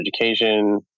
Education